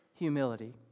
humility